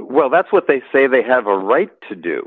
well that's what they say they have a right to do